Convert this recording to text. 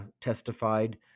testified